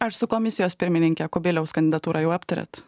ar su komisijos pirmininke kubiliaus kandidatūrą jau aptarėte